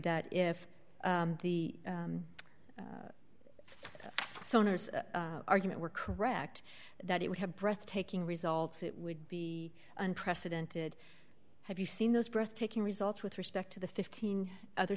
that if the so no argument were correct that it would have breathtaking results it would be unprecedented have you seen those breathtaking results with respect to the fifteen other